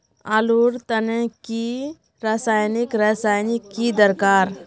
आलूर तने की रासायनिक रासायनिक की दरकार?